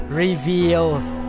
revealed